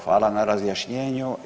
Hvala na razjašnjenju.